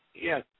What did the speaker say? Yes